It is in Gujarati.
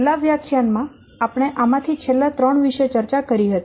છેલ્લા વ્યાખ્યાન માં આપણે આમાંથી છેલ્લા ત્રણ વિષે ચર્ચા કરી હતી